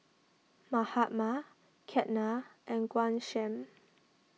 Mahatma Ketna and Ghanshyam